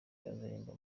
azaririmba